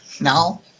Now